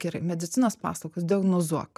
gerai medicinos paslaugos diagnozuok